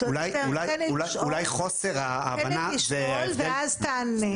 אולי חוסר ההבנה זה --- תן לי לשאול, ואז תענה.